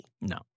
No